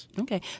Okay